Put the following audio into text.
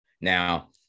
Now